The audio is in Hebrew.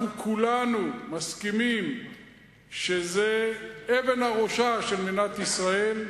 אנחנו כולנו מסכימים שזה "אבן הראשה" של מדינת ישראל,